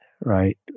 right